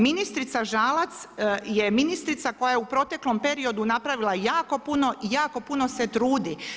Ministrica Žalac je ministrica koja je u proteklom periodu napravila jako puno, jako puno se trudi.